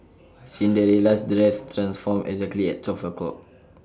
Cinderella's dress transformed exactly at twelve o'clock